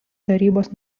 tarybos